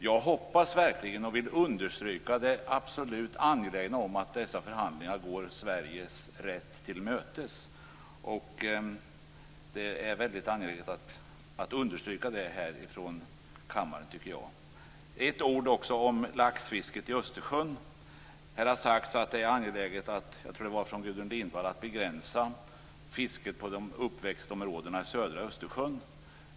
Jag hoppas verkligen och vill understryka det absolut angelägna i att man i dessa förhandlingar går Sveriges rätt till mötes. Det är mycket angeläget att understryka detta här i kammaren. Den andra punkten som jag vill kommentera är laxfisket i Östersjön. Det har här sagts - jag tror att det var Gudrun Lindvall - att det är angeläget att begränsa fisket på uppväxtområdena i södra Östersjön.